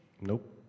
Nope